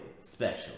special